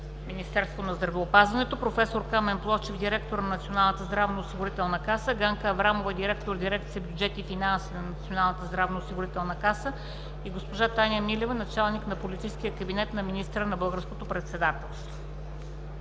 Министерство на здравеопазването, професор Камен Плочев – директор на Националната здравноосигурителна каса, Ганка Аврамова – директор на дирекция „Бюджет и финанси“ на Националната здравноосигурителна каса, и госпожа Таня Милева – началник на политическия кабинет на министъра на българското председателство.